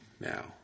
now